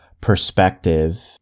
perspective